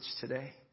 today